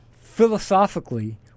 philosophically